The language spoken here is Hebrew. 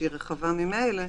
שהיא רחבה ממילא?